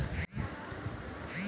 भनटा मे कीटाणु से कईसे बचावल जाई?